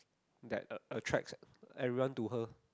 that att~ attracts everyone to her